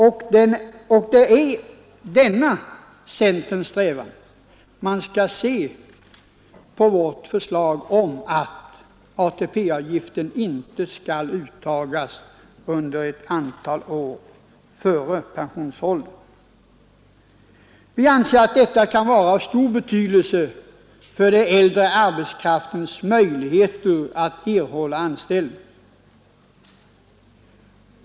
Och det är från denna utgångspunkt man skall se vårt förslag, om att ATP-avgiften inte skall uttagas under ett antal år före pensionsåldern. Vi anser att detta kan vara av stor betydelse för den äldre arbetskraftens möjligheter att erhålla anställning.